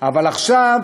אבל עכשיו